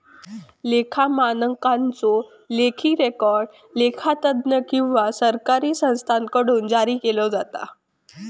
लेखा मानकांचो लेखी रेकॉर्ड लेखा तज्ञ किंवा सरकारी संस्थांकडुन जारी केलो जाता